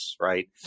right